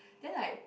then like